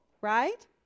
right